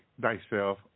thyself